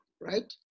right